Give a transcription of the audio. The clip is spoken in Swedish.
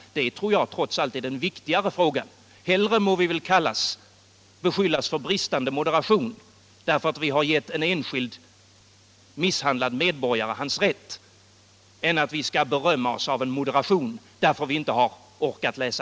Det = riksdagens om är trots allt den viktigare frågan. Hellre må vi beskyllas för bristande = budsmäns ämbets moderation, därför att vi har givit en enskild misshandlad medborgare förvaltning hans rätt, än berömmas för moderation, därför att vi inte har orkat läsa